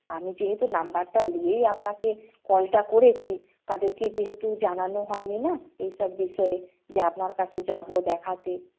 আমি যেহেতু নাম্বারটা নিয়েই আপনাকে কলটা করেছি তাদেরকে যেহেতু জানানো হয়নি না এই সব বিষয়ে যে আপনার কাছে যাব দেখাতে